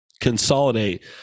consolidate